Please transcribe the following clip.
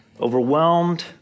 overwhelmed